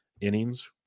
innings